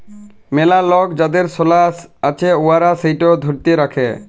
ম্যালা লক যাদের সলা আছে উয়ারা সেটকে ধ্যইরে রাখে